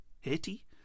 Haiti